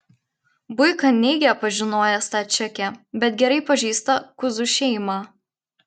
buika neigia pažinojęs tą čekę bet gerai pažįsta kuzų šeimą